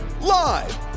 Live